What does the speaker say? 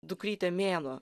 dukrytė mėnuo